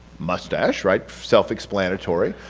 mustache, right? self-explanatory.